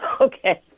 Okay